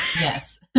yes